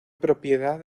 propiedad